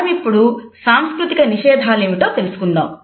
మనమిప్పుడు సాంస్కృతిక నిషేధాలు ఏమిటో తెలుసుకుందాం